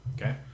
Okay